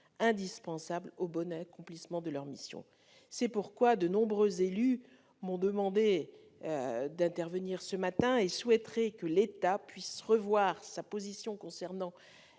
indispensables au bon accomplissement de ses missions. C'est pourquoi de nombreux élus m'ont demandé d'intervenir ce matin. Ils souhaiteraient que l'État puisse revoir sa position concernant